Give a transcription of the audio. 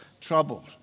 troubled